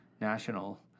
national